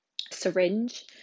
syringe